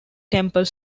temple